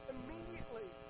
Immediately